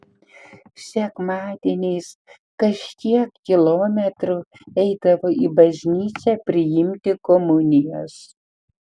sekmadieniais kažkiek kilometrų eidavo į bažnyčią priimti komunijos